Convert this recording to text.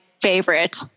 favorite